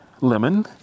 Lemon